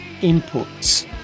inputs